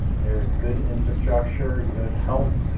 there's good infrastructure, good help,